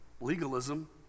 legalism